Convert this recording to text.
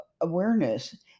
awareness